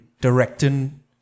directing